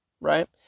Right